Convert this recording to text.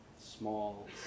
Small